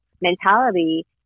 mentality